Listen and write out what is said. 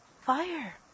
Fire